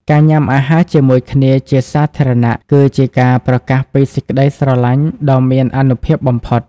ការញុាំអាហារជាមួយគ្នាជាសាធារណៈ គឺជាការប្រកាសពីសេចក្ដីស្រឡាញ់ដ៏មានអានុភាពបំផុត។